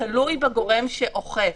תלוי בגורם שאוכף.